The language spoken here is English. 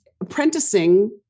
apprenticing